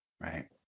Right